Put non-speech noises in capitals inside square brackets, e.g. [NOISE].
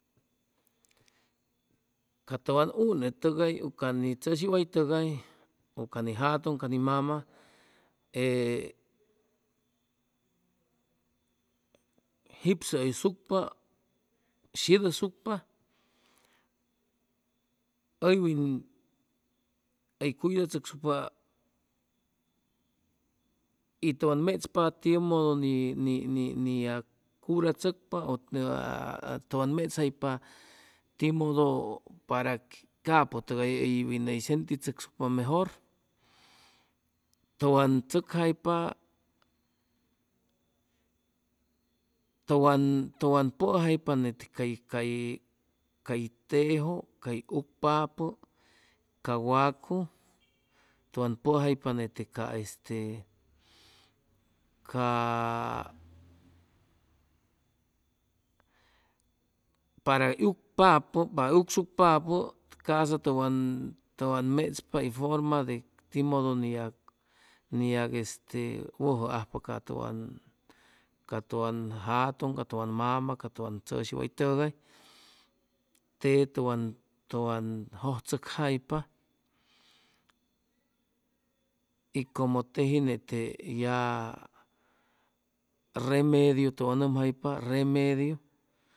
Ca tʉwan unetʉgay u ca ni tzʉshiway tʉgay u ca ni jatʉn ca ni mama e jipsʉ ʉsucpa, shidʉyshucpa hʉywin hʉy cuidachʉcsucpa y tʉwan mechpa tiʉ modo ni ni ni yag curachʉcpa [HESITATION] tʉwan mechjaypa timodo para capʉtʉgay hʉy ney sentichʉcsucpaam mejor tʉwan tzʉcjaypa tʉwan tʉwan pujaypa nete cay cay cay tejʉ cay ucpapʉ ca wacu tʉwan pʉjaypa nete ca este caaa para hʉy ucpapʉ para hʉy ucsucpapʉ ca'sa tʉwan tʉwan mechpa hʉy forma de timodo ni yag ni yag este wʉjʉ ajpa ca tʉwan ca tʉwan jatʉŋ, ca tʉwan mama, ca tʉwan tzʉshi tʉgay te tʉwan tʉwan jʉjchʉcjaypa y como teji nete ya remdiu tʉwan nʉmjaypa remediu